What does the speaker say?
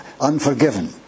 unforgiven